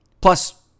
Plus